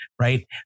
Right